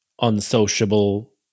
unsociable